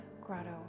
Grotto